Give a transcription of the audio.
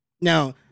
Now